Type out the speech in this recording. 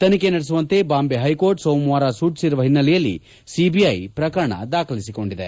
ತನಿಖೆ ನಡೆಸುವಂತೆ ಬಾಂಬೆ ಹೈಕೋರ್ಟ್ ಸೋಮವಾರ ಸೂಚಿಸಿರುವ ಹಿನ್ನೆಲೆಯಲ್ಲಿ ಸಿಬಿಐ ಪ್ರಕರಣ ದಾಖಲಿಸಿಕೊಂಡಿದೆ